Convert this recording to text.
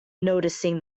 noticing